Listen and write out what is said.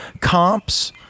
comps